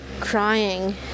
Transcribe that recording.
crying